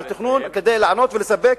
אבל מה הדבר המדהים?